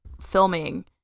filming